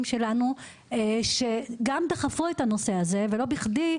שלנו גם אלו שדחפו את הנושא הזה ולא בכדי,